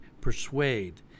persuade